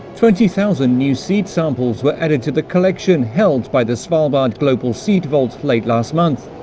twenty thousand new seed samples were added to the collection, held by the svarlbard global seed vault late last month.